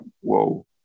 whoa